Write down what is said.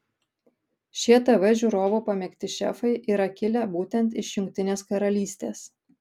šie tv žiūrovų pamėgti šefai yra kilę būtent iš jungtinės karalystės